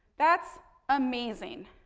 that's amazing.